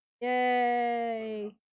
yay